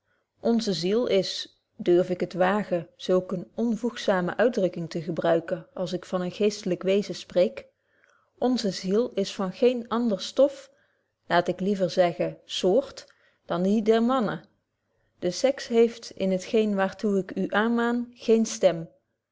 onze ziel is durf ik het wagen zulk eene onvoegzame uitdrukking te gebruiken als ik van een geestlyk wezen spreek onze ziel is van geen ander stof laat ik liever zeggen soort dan die der mannen de sex heeft in het geen waartoe ik u aanmaan geen stem